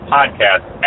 Podcast